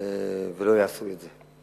ולא יעשו את זה.